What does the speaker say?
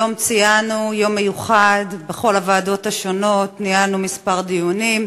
היום ציינו יום מיוחד בכל הוועדות וניהלנו כמה דיונים,